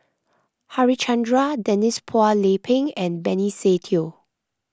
Harichandra Denise Phua Lay Peng and Benny Se Teo